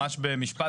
ממש במשפט.